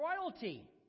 royalty